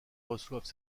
reçoivent